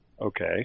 Okay